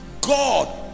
God